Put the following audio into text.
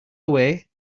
away